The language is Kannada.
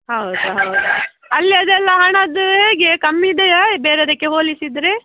ಹೌದಾ ಹೌದಾ ಅಲ್ಲಿ ಅದೆಲ್ಲ ಹಣದ್ದು ಹೇಗೆ ಕಮ್ಮಿಯಿದೆಯಾ ಬೇರೆದಕ್ಕೆ ಹೋಲಿಸಿದರೆ